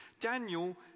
Daniel